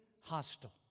hostile